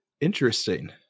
Interesting